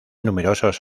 numerosos